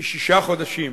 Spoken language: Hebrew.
בשישה חודשים